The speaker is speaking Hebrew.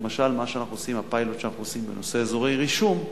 למשל הפיילוט שאנחנו עושים בנושא אזורי רישום.